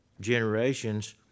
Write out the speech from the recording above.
generations